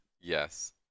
Yes